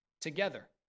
together